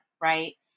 Right